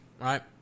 right